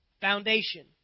Foundation